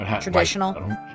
Traditional